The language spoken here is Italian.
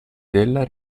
della